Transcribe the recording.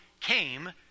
came